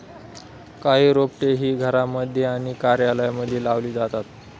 काही रोपटे ही घरांमध्ये आणि कार्यालयांमध्ये लावली जातात